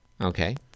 Okay